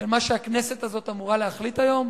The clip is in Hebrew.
של מה שהכנסת הזאת אמורה להחליט היום?